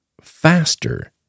faster